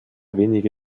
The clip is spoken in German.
wenige